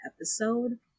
episode